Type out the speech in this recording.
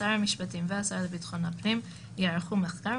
שר המשפטים והשר לביטחון הפנים יערכו מחקר,